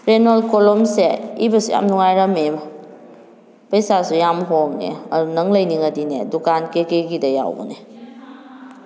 Reynold ꯀꯣꯂꯣꯝꯁꯦ ꯏꯕꯁꯨ ꯌꯥꯝ ꯅꯨꯡꯉꯥꯏꯔꯝꯃꯦꯉꯣ ꯄꯩꯁꯥꯁꯨ ꯌꯥꯝ ꯍꯣꯡꯉꯦ ꯑꯗꯨ ꯅꯪ ꯂꯩꯅꯤꯡꯉꯗꯤꯅꯦ ꯗꯨꯀꯥꯟ ꯀꯦꯀꯦꯒꯤꯗ ꯌꯥꯎꯕꯅꯦ